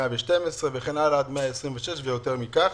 112 שקלים וכן הלאה עד 126 ויותר מכך.